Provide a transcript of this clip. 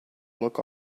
look